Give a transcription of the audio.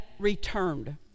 returned